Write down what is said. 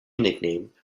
nickname